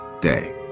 day